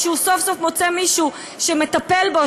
או כשהוא סוף-סוף מוצא מישהו שהוא מטפל בו,